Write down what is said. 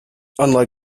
unlike